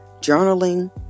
journaling